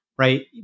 right